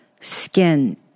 skin